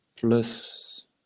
plus